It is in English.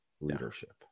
leadership